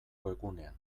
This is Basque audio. webgunean